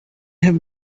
have